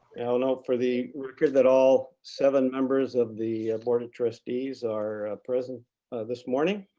i'll note for the record that all seven members of the board of trustees are present this morning.